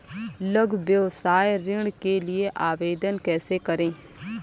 लघु व्यवसाय ऋण के लिए आवेदन कैसे करें?